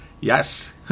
Yes